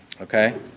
Okay